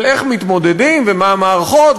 של איך מתמודדים ומה המערכות,